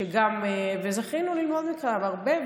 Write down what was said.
שזכינו ללמוד ממך הרבה,